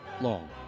long